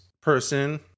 person